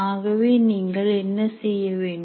ஆகவே நீங்கள் என்ன செய்யவேண்டும்